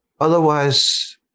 Otherwise